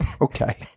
okay